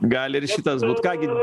gali ir šitas būt ką gi